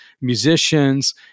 musicians